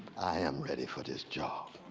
i am ready for this job.